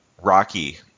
Rocky